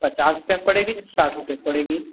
पचास रुपये की पड़ेगी कि साठ रुपए की पड़ेगी